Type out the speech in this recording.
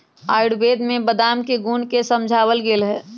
आयुर्वेद में बादाम के गुण के समझावल गैले है